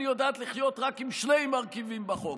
אני יודעת לחיות רק עם שני מרכיבים בחוק,